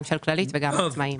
גם של כללית וגם עצמאיים.